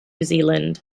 zealand